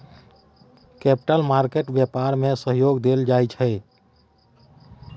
capital market व्यापार में सहयोग देल जाइ छै